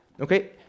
Okay